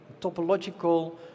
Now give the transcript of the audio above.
topological